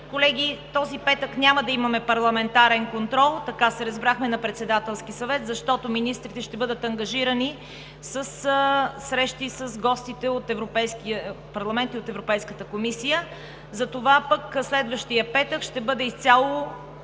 Колеги, този петък няма да имаме парламентарен контрол – така се разбрахме на Председателския съвет, защото министрите ще бъдат ангажирани със срещи с гостите от Европейския парламент и от Европейската комисия. Затова пък следващият петък ще бъде изцяло